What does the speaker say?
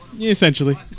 Essentially